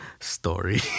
story